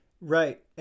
Right